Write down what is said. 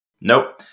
Nope